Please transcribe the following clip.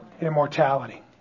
immortality